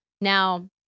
Now